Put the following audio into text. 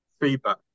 feedback